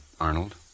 Arnold